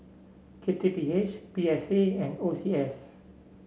K T P H P S A and O C S